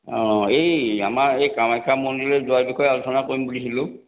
অ' এই আমাৰ এই কামাখ্যা মন্দিৰলৈ যোৱা বিষয়ে আলোচনা কৰিম বুলিছিলোঁ